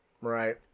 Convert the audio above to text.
Right